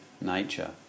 nature